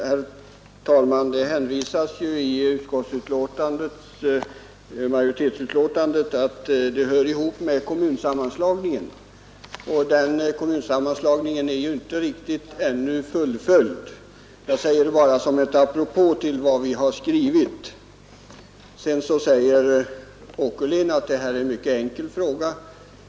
Herr talman! Majoriteten i utskottet hänvisar ju till att frågan hör ihop med kommunsammanslagningen och att denna sammanslagning inte är fullföljd ännu. — Jag säger detta bara som ett apropå till vad vi i utskottet har skrivit. Sedan säger herr Åkerlind att detta är en mycket enkel fråga.